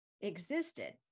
existed